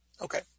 Okay